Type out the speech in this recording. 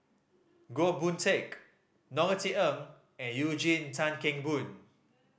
Goh Boon Teck Norothy Ng and Eugene Tan Kheng Boon